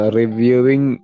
reviewing